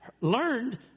learned